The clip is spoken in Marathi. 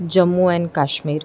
जम्मू अॅन काश्मीर